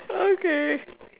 okay